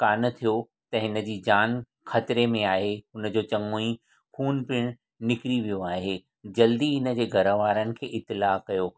कान थियो त हिनजी जान ख़तिरे में आहे हुनजो चङोई ख़ूनु पिणु निकिरी वियो आहे जल्दी हिनजे घर वारनि खे इत्तला कयो